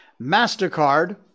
MasterCard